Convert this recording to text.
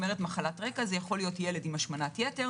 ומחלות רקע זה יכול להיות ילד עם השמנת ילד,